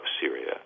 Syria